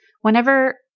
Whenever